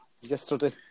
yesterday